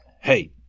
Hey